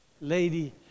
lady